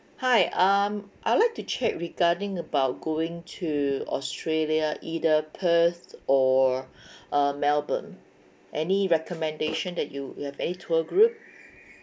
hi um I'd like to check regarding about going to australia either perth or uh melbourne any recommendation that you you have any tour group